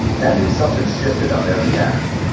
that means something shifted on their behalf,